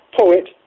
poet